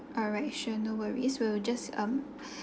alright sure no worries we'll just um